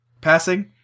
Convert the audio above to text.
passing